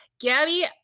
Gabby